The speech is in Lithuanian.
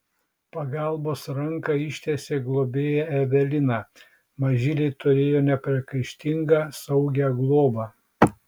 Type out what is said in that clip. pagalbos ranką ištiesė globėja evelina mažyliai turėjo nepriekaištingą saugią globą